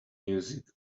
music